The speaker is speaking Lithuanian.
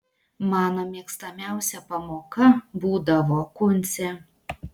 mano mėgstamiausia pamoka būdavo kūncė